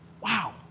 Wow